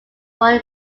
royal